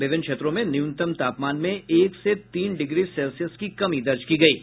विभिन्न क्षेत्रों में न्यूनतम तापमान में एक से तीन डिग्री सेल्सियस की कमी दर्ज की गयी है